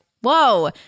whoa